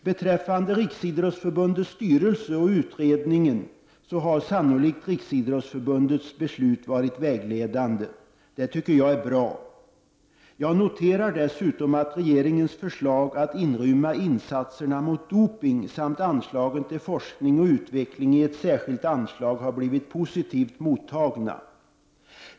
Beträffande Riksidrottsförbundets styrelse och utredningen har sannolikt Riksidrottsförbundets beslut varit vägledande. Det tycker jag är bra. Jag noterar dessutom att regeringens förslag att inrymma insatserna mot doping samt anslagen till forskning och utveckling i ett särskilt anslag har blivit positivt mottagna.